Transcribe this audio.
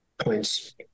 points